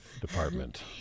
department